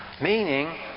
meaning